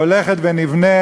שהולכת ונבנית,